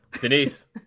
Denise